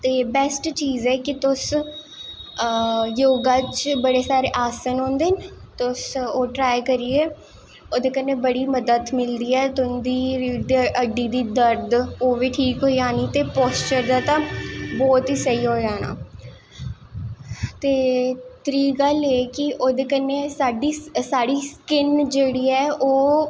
ते बैस्ट चीज़ ऐ कि तुस योगा च बड़े सारे आसन होंदे न तुस ओह् ट्राई करियै ओह्दे कन्नैं बड़ी मदद मिलदी ऐ तुंदी रीढ़ दी दर्द बी ठीक होई जानी ते ओह् बी पोस्चर जदा ते बौह्त ही स्हेई होनां ऐ ना ते त्री गल्ल एह् ऐ कि ओह्दे कन्नैं साढ़ी स्किन जेह्ड़ी ऐ ओह्